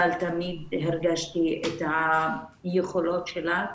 אבל תמיד הרגשתי את היכולות שלה,